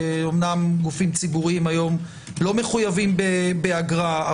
אומנם גופים ציבוריים היום לא מחויבים באגרה,